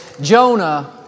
Jonah